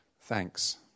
thanks